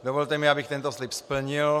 Dovolte mi, abych tento slib splnil.